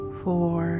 four